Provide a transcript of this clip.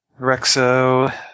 Rexo